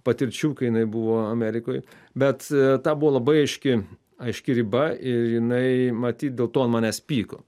patirčių kai jinai buvo amerikoj bet ta buvo labai aiški aiški riba ir jinai matyt dėl to ant manęs pyko